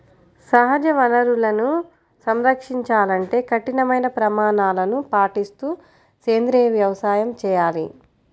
సహజ వనరులను సంరక్షించాలంటే కఠినమైన ప్రమాణాలను పాటిస్తూ సేంద్రీయ వ్యవసాయం చేయాలి